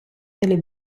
della